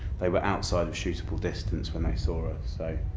they were outside of shootable distance when they saw us. so